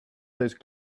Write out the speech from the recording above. those